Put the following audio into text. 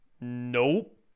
Nope